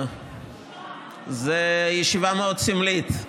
זו ישיבה מאוד סמלית,